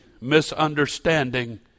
misunderstanding